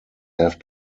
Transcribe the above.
have